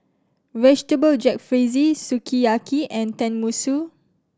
Vegetable Jalfrezi Sukiyaki and Tenmusu